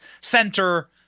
center